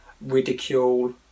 ridicule